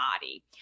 body